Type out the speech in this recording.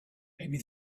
maybe